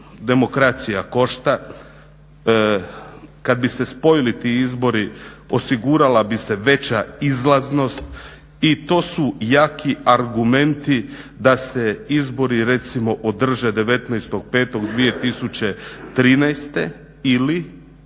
demokracija košta. Kad bi se spojili ti izbori osigurala bi se veća izlaznost i to su jaki argumenti da se izbori recimo održe 19.05.2013. ili